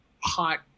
hot